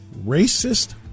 Racist